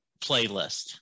playlist